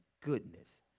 goodness